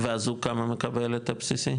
ואז זוג כמה מקבל את הבסיסי?